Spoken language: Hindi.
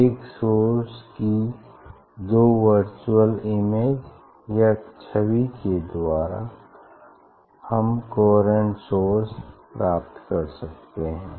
एक सोर्स की दो वर्चुअल इमेज या छवि के द्वारा हम कोहेरेंट सोर्स प्राप्त करते हैं